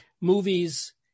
movies